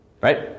Right